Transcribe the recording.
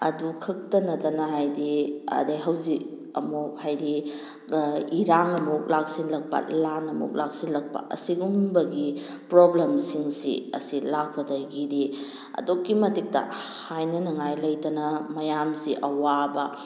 ꯑꯗꯨ ꯈꯛꯇ ꯅꯠꯇꯅ ꯍꯥꯏꯗꯤ ꯑꯗꯩ ꯍꯧꯖꯤꯛ ꯑꯃꯨꯛ ꯍꯥꯏꯗꯤ ꯏꯔꯥꯡ ꯑꯃꯨꯛ ꯂꯥꯛꯁꯤꯜꯂꯛꯄ ꯂꯥꯟ ꯑꯃꯨꯛ ꯂꯥꯛꯁꯤꯜꯂꯛꯄ ꯑꯁꯤꯒꯨꯝꯕꯒꯤ ꯄ꯭ꯔꯣꯕ꯭ꯂꯦꯝꯁꯤꯡꯁꯤ ꯑꯁꯤ ꯂꯥꯛꯄꯗꯒꯤꯗꯤ ꯑꯗꯨꯛꯀꯤ ꯃꯇꯤꯛꯇ ꯍꯥꯏꯅꯅꯤꯡꯉꯥꯏ ꯂꯩꯇꯅ ꯃꯌꯥꯝꯁꯦ ꯑꯋꯥꯕ